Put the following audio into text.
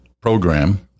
program